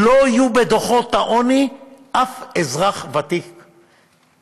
לא יהיה בדוחות העוני שום אזרח ותיק,